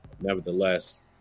Nevertheless